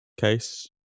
Case